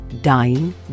dying